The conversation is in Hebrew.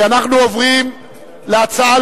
כי אנחנו עוברים להצעת